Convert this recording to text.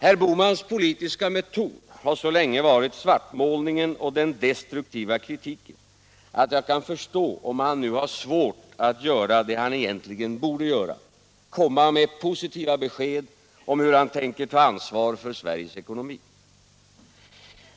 Herr Bohmans politiska metod har så länge varit svartmålningen och den destruktiva kritiken att jag kan förstå om han nu har svårt att göra det han egentligen borde göra: komma med positiva besked om hur han tänker ta ansvar för Sveriges ekonomi.